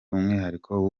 umwihariko